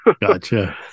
gotcha